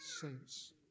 saints